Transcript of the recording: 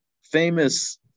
famous